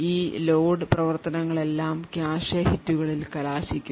ഈ ലോഡ് പ്രവർത്തനങ്ങളെല്ലാം കാഷെ ഹിറ്റുകളിൽ കലാശിക്കും